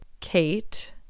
kate